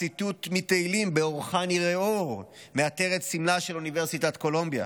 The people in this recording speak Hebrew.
הציטוט מתהילים "באורך נראה אור" מעטר את סמלה של אוניברסיטת קולומביה.